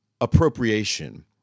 appropriation